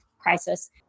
Crisis